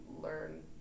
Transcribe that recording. learn